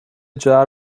jar